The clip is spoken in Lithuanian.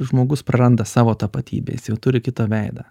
žmogus praranda savo tapatybę jis jau turi kitą veidą